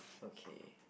okay